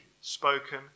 spoken